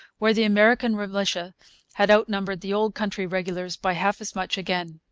where the american militia had outnumbered the old-country regulars by half as much again.